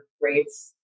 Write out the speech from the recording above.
rates